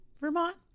vermont